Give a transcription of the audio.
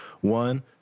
one